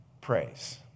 praise